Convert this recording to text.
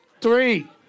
three